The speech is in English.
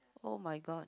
oh-my-god